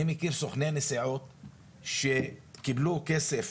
אני מכיר סוכני נסיעות שקיבלו כסף